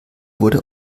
wurde